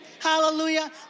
Hallelujah